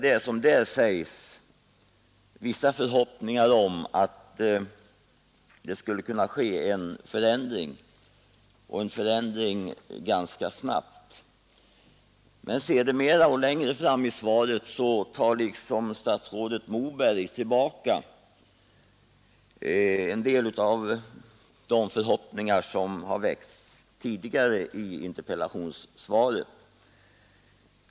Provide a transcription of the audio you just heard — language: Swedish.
Det väcker vissa förhoppningar om att det skulle kunna ske en förändring ganska snabbt Men längre fram i svaret tar statsrådet Moberg tillbaka en del av det som väckte förhoppningar.